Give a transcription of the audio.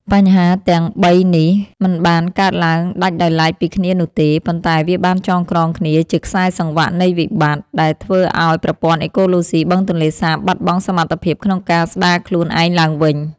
បញ្ហាទាំងបីនេះមិនបានកើតឡើងដាច់ដោយឡែកពីគ្នានោះទេ ប៉ុន្តែវាបានចងក្រងគ្នាជាខ្សែសង្វាក់នៃវិបត្តិ ដែលធ្វើឱ្យប្រព័ន្ធអេកូឡូស៊ីបឹងទន្លេសាបបាត់បង់សមត្ថភាពក្នុងការស្តារខ្លួនឯងឡើងវិញ។